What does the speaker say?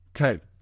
Okay